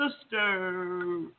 Sister